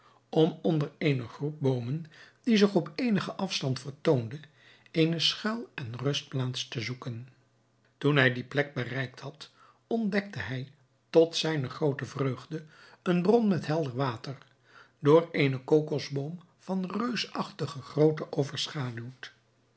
om onder eene groep boomen die zich op eenigen afstand vertoonde eene schuil en rustplaats te zoeken toen hij die plek bereikt had ontdekte hij tot zijne groote vreugde een bron met helder water door eenen kokosboom van reusachtige grootte overschaduwd